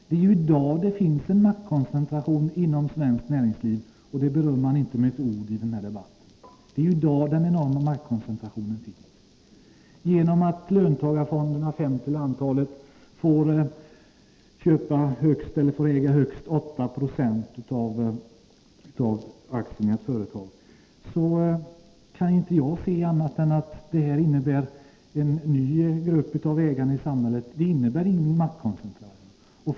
Det är i dag det finns en maktkoncentration i svenskt näringsliv, och det berör man inte med ord i den här debatten. Genom att löntagarfonderna — fem till antalet — får äga högst 8 26 av aktierna i ett företag — kan jag inte se annat än att det bara blir fråga om en ny grupp ägare i samhället. Det innebär inte någon maktkoncentration.